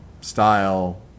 style